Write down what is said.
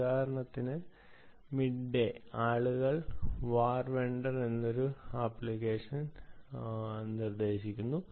ഉദാഹരണത്തിന് മിഡ്ഡ്ഡേ ആളുകൾ വാർ വെണ്ടർ എന്നൊരു അപ്ലിക്കേഷൻ നിർദ്ദേശിക്കുന്നു